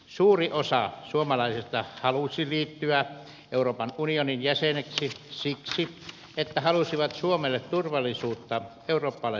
suuri osa suomalaisista halusi liittyä euroopan unionin jäseneksi siksi että he halusivat suomelle turvallisuutta eurooppalaisesta yhteisöstä